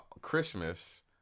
Christmas